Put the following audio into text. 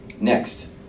Next